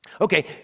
Okay